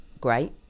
great